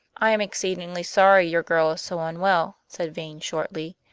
i am exceedingly sorry your girl is so unwell, said vane shortly.